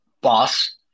Boss